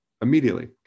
immediately